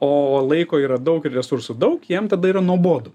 o o laiko yra daug ir resursų daug jam tada yra nuobodu